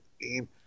game